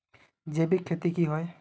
जैविक खेती की होय?